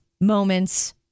moments